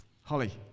Holly